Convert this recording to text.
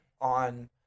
on